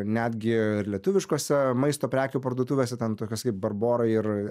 netgi ir lietuviškuose maisto prekių parduotuvėse ten tokios kaip barbora ir